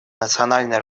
национальное